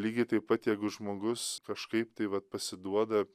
lygiai taip pat jeigu žmogus kažkaip tai va pasiduoda